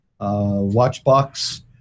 Watchbox